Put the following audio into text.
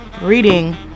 reading